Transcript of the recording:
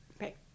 Right